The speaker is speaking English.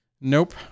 Nope